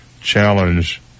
challenge